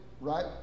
right